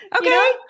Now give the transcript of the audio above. okay